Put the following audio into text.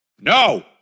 No